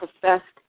professed